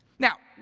now,